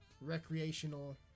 recreational